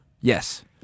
Yes